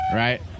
right